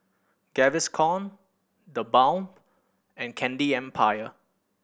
Gaviscon The Balm and Candy Empire